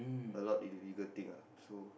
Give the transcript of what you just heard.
a lot illegal thing lah so